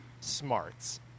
smarts